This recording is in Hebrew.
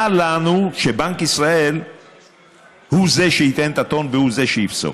מה לנו שבנק ישראל הוא זה שייתן את הטון והוא זה שיפסוק.